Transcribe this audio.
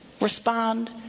respond